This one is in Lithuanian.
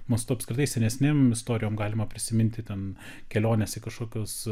mastu apskritai senesniem istorijom galima prisiminti ten keliones į kažkokius